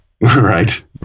Right